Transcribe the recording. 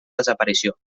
desaparició